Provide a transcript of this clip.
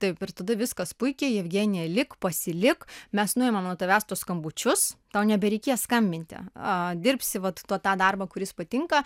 taip ir tada viskas puikiai jevgenija lik pasilik mes nuimam nuo tavęs tuos skambučius tau nebereikės skambinti a dirbsi vat tu tą darbą kuris patinka